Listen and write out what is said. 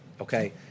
okay